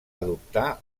adoptar